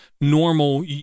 normal